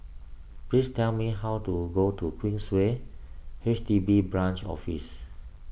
please tell me how to go to Queensway H D B Branch Office